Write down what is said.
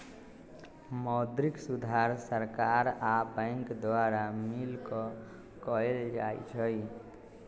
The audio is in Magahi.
मौद्रिक सुधार सरकार आ बैंक द्वारा मिलकऽ कएल जाइ छइ